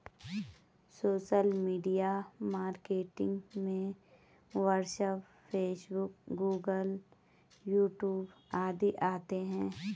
social media marketing में WhatsApp Facebook Google YouTube आदि आते है